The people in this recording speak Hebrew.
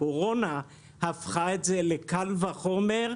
הקורונה הפכה את זה לקל וחומר,